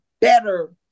better